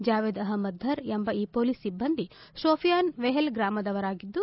ಜಾವೇದ್ ಅಹಮ್ಮದ್ ಧರ್ ಎಂಬ ಈ ಪೊಲೀಸ್ ಸಿಬ್ಬಂದಿ ಶೋಪಿಯಾನ್ನ ವೆಹಿಲ್ ಗ್ರಾಮದವರಾಗಿದ್ದು